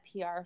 PR